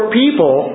people